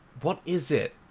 what is it?